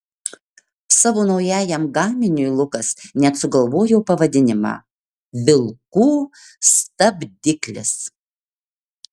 savo naujajam gaminiui lukas net sugalvojo pavadinimą vilkų stabdiklis